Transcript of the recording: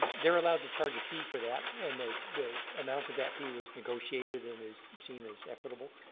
they're allowed to charge a fee for that, and the the amount of that fee was negotiated and is seen as equitable.